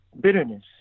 Bitterness